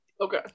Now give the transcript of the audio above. okay